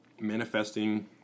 manifesting